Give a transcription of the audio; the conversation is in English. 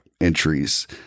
entries